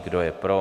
Kdo je pro?